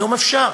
היום אפשר,